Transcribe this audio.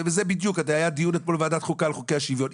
ובדיוק היה דיון אתמול בוועדת החוקה על חוקי השוויון.